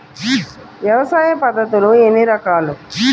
వ్యవసాయ పద్ధతులు ఎన్ని రకాలు?